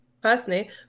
personally